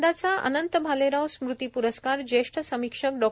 यंदाचा अनंत भालेराव स्मृती प्रस्कार ज्येष्ठ समीक्षक डॉ